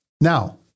Now